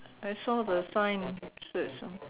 I saw the sign said some